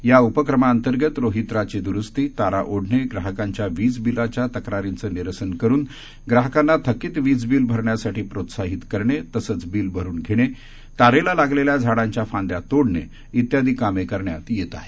या उपक्रमाअंतर्गत रोहीत्राची दुरुस्ती तारा ओढणे ग्राहकांच्या विज बिलाच्या तक्रारींचे निरसन करुन ग्राहकांना थकीत विज बील भरण्यासाठी प्रोत्साहीत करणे तसंच बील भरुन घेणे तारेला लागलेल्या झाडांच्या फांदृया तोडणे इत्यादी कामे करण्यात येत आहेत